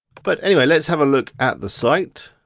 but anyway, let's have a look at the site.